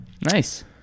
Nice